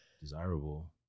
desirable